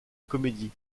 comédie